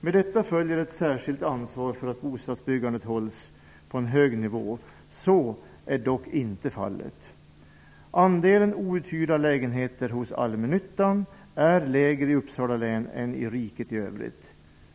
Med detta följer ett särskilt ansvar för att bostadsbyggandet hålls på en hög nivå. Det är dock inte fallet. Andelen outhyrda lägenheter hos allmännyttan är mindre i Uppsala län än i riket i övrigt.